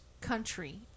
country